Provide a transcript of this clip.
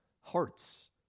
hearts